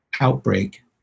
outbreak